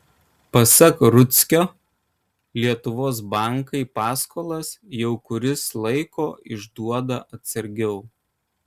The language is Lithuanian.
pasak rudzkio lietuvos bankai paskolas jau kuris laiko išduoda atsargiau